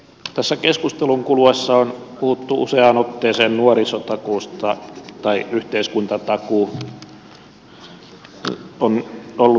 tässä keskustelun kuluessa on puhuttu useaan otteeseen nuorisotakuusta tai yhteiskuntatakuu on ollut välillä sen nimenä